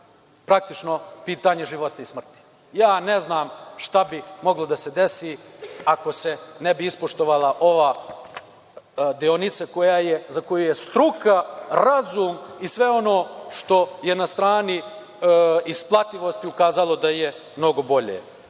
praktično pitanje života i smrti. Ja ne znam šta bi moglo da se desi, ako se ne bi ispoštovala ova deonica, za koju je struka, razum i sve ono što je na strani isplativosti ukazalo da je mnogo bolje. Na